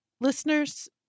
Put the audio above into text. Listeners